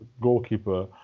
goalkeeper